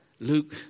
Luke